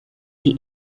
die